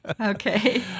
Okay